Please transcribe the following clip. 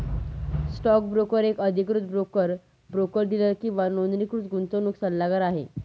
stock broker एक अधिकृत broker, broker dealer किंवा नोंदणीकृत गुंतवणूक सल्लागार आहे